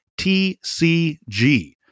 TCG